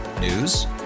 News